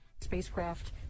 Spacecraft